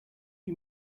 you